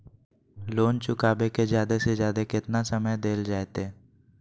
Loan चुकाबे के जादे से जादे केतना समय डेल जयते?